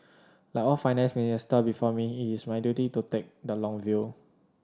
like all Finance Minister before me it is my duty to take the long view